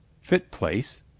fit place?